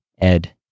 Ed